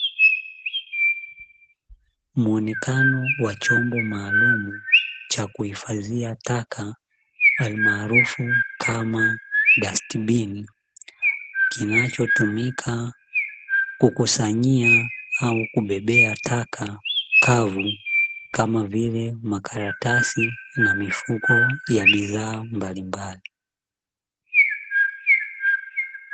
Muonekano wa chombo maalumu cha kuhifadhia taka maarufu kama dastibini, kinachotumika kukusanyia au kubebea taka kavu, kama vile makaratasi na mifuko ya bidhaa mbalimbali.